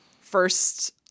first